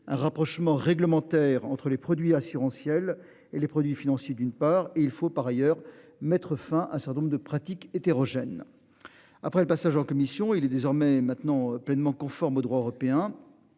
un rapprochement réglementaire entre les produits assurantiels et les produits financiers d'une part et il faut par ailleurs mettre fin à un certain nombre de pratiques hétérogènes. Après le passage en commission, il est désormais maintenant pleinement conforme au droit européen.